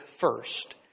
first